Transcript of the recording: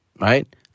Right